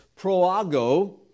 proago